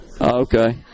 Okay